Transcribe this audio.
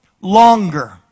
longer